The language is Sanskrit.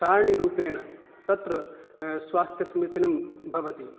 सारिणीरूपेण तत्र स्वास्थ्यं समीचीनं भवति